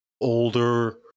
older